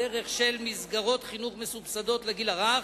בדרך של מסגרות חינוך מסובסדות לגיל הרך.